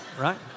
right